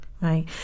right